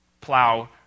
plow